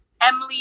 Emily